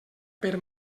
per